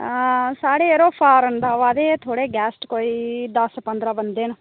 साढ़े यरो फॉरेन दे आवा दे थोह्ड़े गेस्ट कोई दस्स पंद्रहां बंदे न